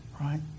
right